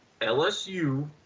LSU